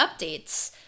updates